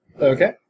Okay